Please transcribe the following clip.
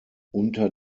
unter